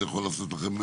אז זה יכול לעשות לכם?